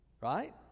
Right